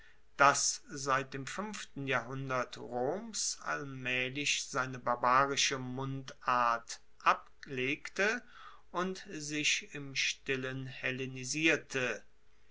das seit dem fuenften jahrhundert roms allmaehlich seine barbarische mundart ablegte und sich im stillen